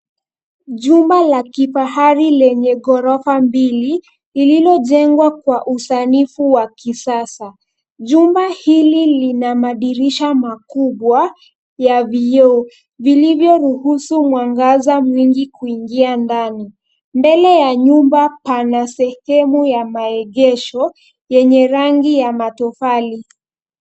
Jumba la kifahari lenye ghorofa mbili lililojengwa kwa usanifu wa kisasa. Jumba hili lina madirisha makubwa ya vioo vilivyoruhusu mwangaza mwingi kuingia ndani. Mbele ya nyumba pana sehemu ya maegesho yenye rangi ya matofali.